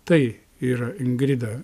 tai yra ingrida